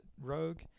rogue